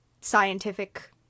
scientific